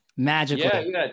Magically